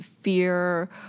fear